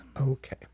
Okay